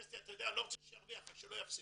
אתה יודע, לא רוצה שירוויח, אבל שלא יפסיד.